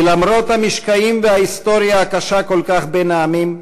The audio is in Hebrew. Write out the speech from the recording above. כי למרות המשקעים וההיסטוריה הקשה כל כך בין העמים,